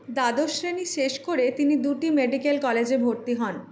দ্বাদশ শ্রেণী শেষ করে তিনি দুটি মেডিকেল কলেজে ভর্তি হন